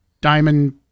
diamond